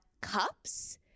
Cups